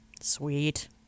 Sweet